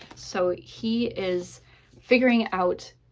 so he is figuring out,